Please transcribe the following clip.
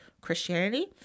Christianity